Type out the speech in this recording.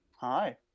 hi